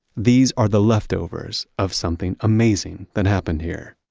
these are the leftovers of something amazing that happened here.